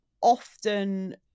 often